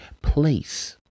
place